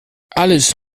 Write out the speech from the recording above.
alles